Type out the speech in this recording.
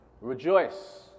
rejoice